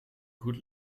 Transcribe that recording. goed